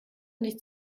nicht